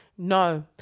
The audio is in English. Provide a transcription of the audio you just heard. No